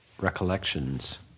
recollections